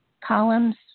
columns